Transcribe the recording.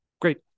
great